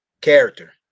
character